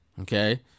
Okay